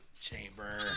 chamber